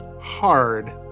hard